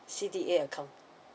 C_D_A account